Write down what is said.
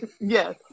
Yes